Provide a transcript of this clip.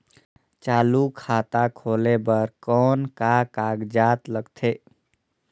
चालू खाता खोले बर कौन का कागजात लगथे?